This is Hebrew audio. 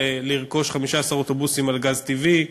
לרכוש 15 אוטובוסים הפועלים על גז טבעי,